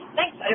Thanks